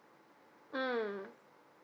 mm